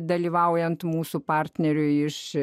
dalyvaujant mūsų partneriui iš